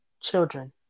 Children